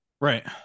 right